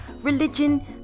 religion